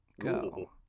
Go